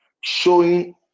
showing